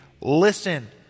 listen